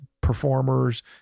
performers